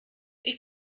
ich